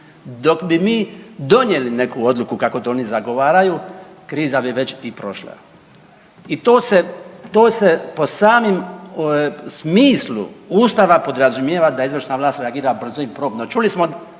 dok bi mi donijeli neku odluku kako to oni zagovaraju kriza bi već i prošla. I to se po samom smislu Ustava podrazumijeva da izvršna vlast reagira brzo i promptno. Čuli smo